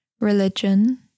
religion